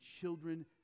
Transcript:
children